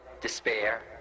despair